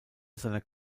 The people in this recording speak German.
seiner